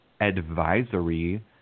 advisory